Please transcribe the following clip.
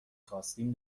خواستیم